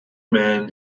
men